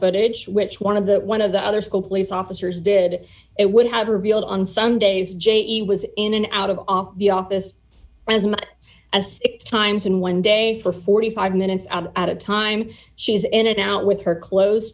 footage which one of the one of the other school police officers did it would have revealed on sundays je was in and out of the office as much as six times in one day for forty five minutes at a time she was in and out with her clothes